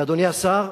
ואדוני השר,